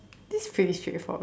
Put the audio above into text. this is pretty straight forward